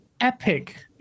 epic